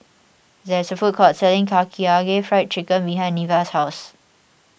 there is a food court selling Karaage Fried Chicken behind Neveah's house